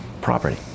property